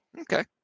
Okay